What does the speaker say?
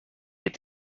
het